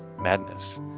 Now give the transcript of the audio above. madness